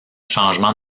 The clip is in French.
changement